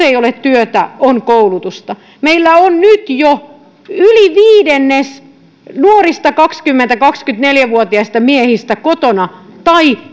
ei ole työtä on koulutusta meillä on nyt jo yli viidennes nuorista kaksikymmentä viiva kaksikymmentäneljä vuotiaista miehistä kotona